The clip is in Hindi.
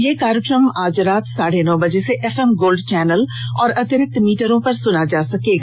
यह कार्यक्रम आज रात साढ़े नौ बजे से एफएम गोल्ड चैनल और अतिरिक्त मीटरों पर सुना जा सकता है